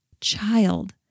child